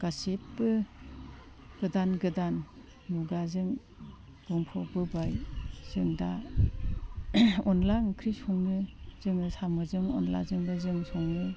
गासैबो गोदान गोदान मुगाजों बुंफबबोबाय जों दा अनला ओंख्रि सङो जोङो साम'जों अनलाजों सङो